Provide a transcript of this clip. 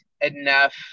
enough